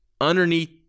underneath